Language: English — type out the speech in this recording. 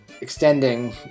extending